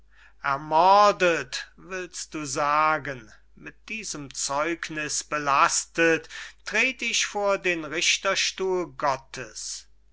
ermordet willst du sagen mit diesem zeugnis belastet tret ich vor den richterstuhl gottes